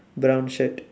brown shirt